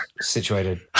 situated